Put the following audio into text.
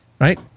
Right